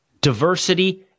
Diversity